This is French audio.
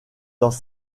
dans